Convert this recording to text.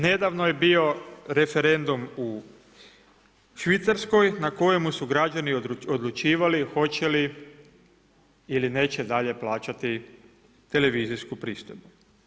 Nedavno je bio referendum u Švicarskoj na kojemu su građani odlučivali hoće li ili neće dalje plaćati televizijsku pristojbu.